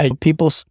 people